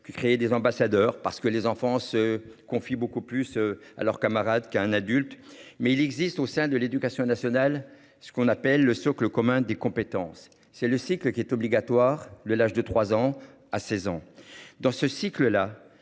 Créer des ambassadeurs parce que les enfants se confie beaucoup plus à leurs camarades qui a un adulte mais il existe au sein de l'Éducation nationale. Ce qu'on appelle le socle commun des compétences, c'est le cycle qui est obligatoire le l'âge de 3 ans à 16 ans dans ce cycle-là